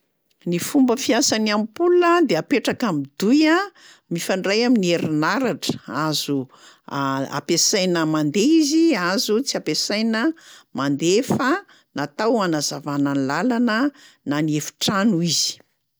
Ny fomba fiasan'ny ampola de apetraka am'douille a mifandray amin'ny herinaratra, azo ampiasaina mandeha, azo tsy ampiasaina mandeha fa natao anazavana ny làlana na ny efi-trano izy.